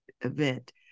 event